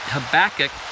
Habakkuk